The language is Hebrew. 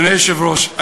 אדוני היושב-ראש,